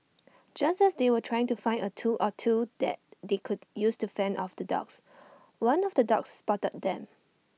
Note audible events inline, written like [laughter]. [noise] just as they were trying to find A tool or two that they could use to fend off the dogs [noise] one of the dogs spotted them